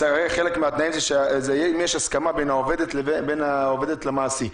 חלק מהתנאי הם שיש הסכמה בין העובדת למעסיק,